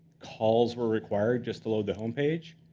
calls were required just to load the homepage.